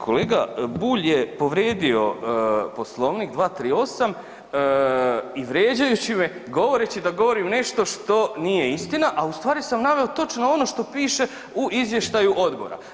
Kolega Bulj je povrijedio Poslovnik, 238., i vrijeđajući me, govoreći da govorim nešto što nije istina a ustvari sam naveo točno ono što piše u izvještaju odbora.